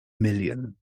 million